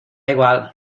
igual